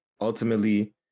Ultimately